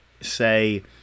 say